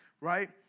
right